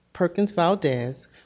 Perkins-Valdez